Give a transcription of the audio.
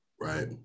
right